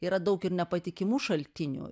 yra daug ir nepatikimų šaltinių